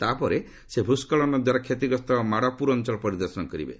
ତାପରେ ସେ ଭୂସ୍କଳନ ଦ୍ୱାରା କ୍ଷତିଗ୍ରସ୍ତ ମାଡ଼ପୁର ଅଞ୍ଚଳ ପରିଦର୍ଶନ କରିବେ